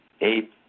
eight